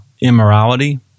immorality